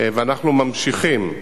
ואנחנו ממשיכים.